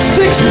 six